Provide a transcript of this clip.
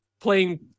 playing